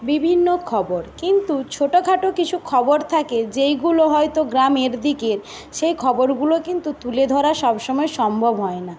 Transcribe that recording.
বিভিন্ন খবর কিন্তু ছোটোখাটো কিছু খবর থাকে যেইগুলো হয়তো গ্রামের দিকের সেই খবরগুলো কিন্তু তুলে ধরা সবসময় সম্ভব হয় না